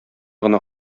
гына